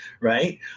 Right